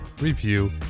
review